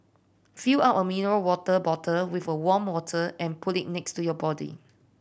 fill up a mineral water bottle with a warm water and put it next to you body